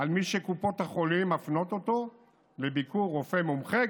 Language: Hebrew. ממי שקופות החולים מפנות אותו לביקור אצל רופא מומחה?